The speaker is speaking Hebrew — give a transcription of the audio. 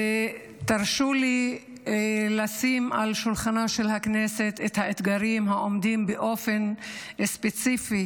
תרשו לי לשים על שולחנה של הכנסת את האתגרים העומדים באופן ספציפי